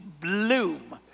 bloom